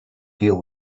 deal